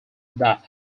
that